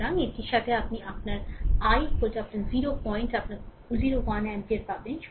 সুতরাং এটির সাথে আপনি আপনার i আপনার 0 পয়েন্ট আপনার 0 1 অ্যাম্পিয়ার পাবেন